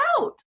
out